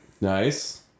Nice